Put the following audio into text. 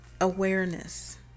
awareness